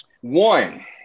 One